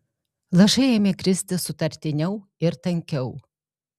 lašai ėmė kristi sutartiniau ir tankiau